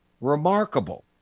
remarkable